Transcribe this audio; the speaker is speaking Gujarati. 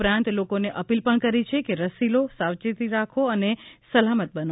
ઉપરાંત લોકોને અપીલ પણ કરી છે કે રસી લો સાવચેતી રાખો અને સલામત બનો